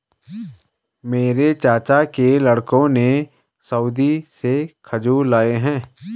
मेरे चाचा के लड़कों ने सऊदी से खजूर लाए हैं